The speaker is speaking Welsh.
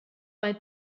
mae